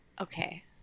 Okay